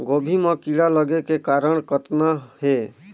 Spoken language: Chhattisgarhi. गोभी म कीड़ा लगे के कारण कतना हे?